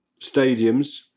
stadiums